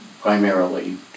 primarily